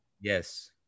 yes